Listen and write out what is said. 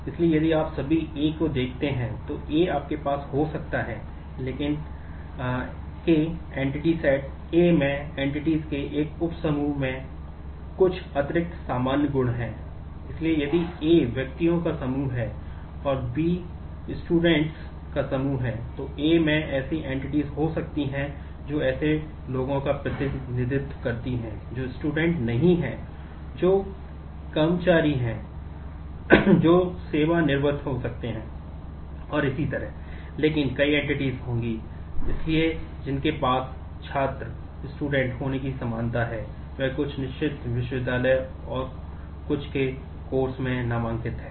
इसलिए यदि A व्यक्तियों में नामांकित हैं